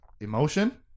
emotion